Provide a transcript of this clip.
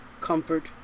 comfort